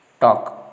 Talk